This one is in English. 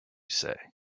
say